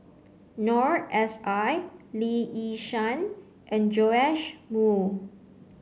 Noor S I Lee Yi Shyan and Joash Moo